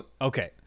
okay